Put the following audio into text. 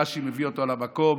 רש"י מביא אותו על המקום: